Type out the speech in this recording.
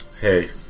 Hey